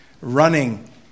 Running